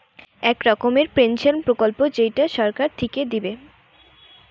এক রকমের পেনসন প্রকল্প যেইটা সরকার থিকে দিবে